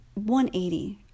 180